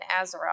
Azeroth